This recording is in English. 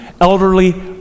elderly